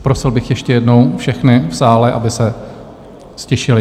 Prosil bych ještě jednou všechny v sále, aby se ztišili.